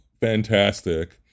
fantastic